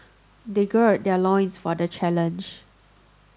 they gird their loins for the challenge